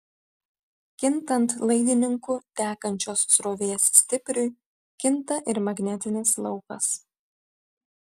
kintant laidininku tekančios srovės stipriui kinta ir magnetinis laukas